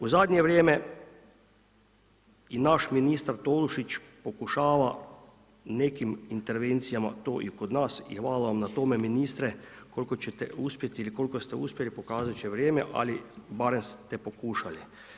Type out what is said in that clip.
U zadnje vrijeme i naš ministar Tolušić pokušava nekim intervencijama to i kod nas i hvala vam na tome ministre, koliko ćete uspjeti ili koliko ste uspjeli pokazati će vrijeme ali barem ste pokušali.